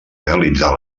realitzar